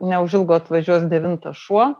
neužilgo atvažiuos devintas šuo